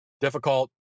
difficult